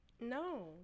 No